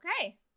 Okay